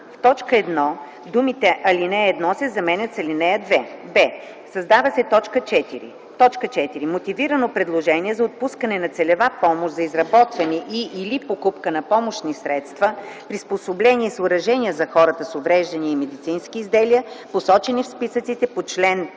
в т. 1 думите „ал. 1” се заменят с „ал. 2”; б) създава се т. 4: „4. мотивирано предложение за отпускане на целева помощ за изработване и/или покупка на помощни средства, приспособления и съоръжения за хората с увреждания и медицински изделия, посочени в списъците по чл.